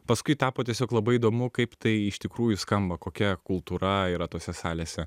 paskui tapo tiesiog labai įdomu kaip tai iš tikrųjų skamba kokia kultūra yra tose salėse